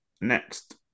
next